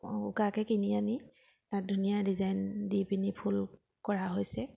উকাকৈ কিনি আনি তাত ধুনীয়া ডিজাইন দি পিনি ফুল কৰা হৈছে